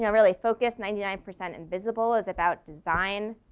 yeah really focused ninety nine percent invisible is about design.